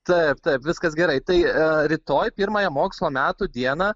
taip taip viskas gerai tai rytoj pirmąją mokslo metų dieną